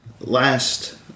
last